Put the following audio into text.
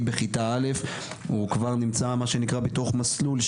בכיתה א' הוא כבר נמצא מה שנקרא בתוך מסלול,